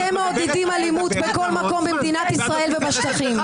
אתם מעודדים אלימות בכל מקום במדינת ישראל ובשטחים.